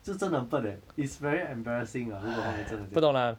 是真的很笨 eh it's very embarassing ah 如果他们真的这样